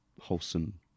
wholesome